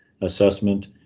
assessment